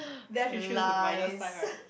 then I should choose the brighter side right